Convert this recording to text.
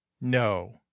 no